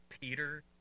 Peter